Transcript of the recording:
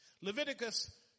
Leviticus